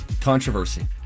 Controversy